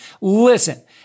Listen